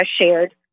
shared